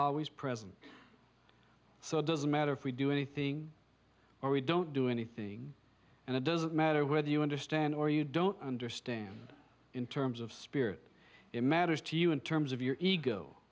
always present so it doesn't matter if we do anything or we don't do anything and it doesn't matter whether you understand or you don't understand in terms of spirit it matters to you in terms of your ego